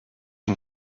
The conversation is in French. une